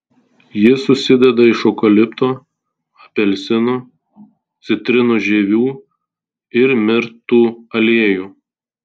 jis susideda iš eukalipto apelsinų citrinų žievių ir mirtų aliejų